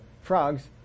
frogs